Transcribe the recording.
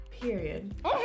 Period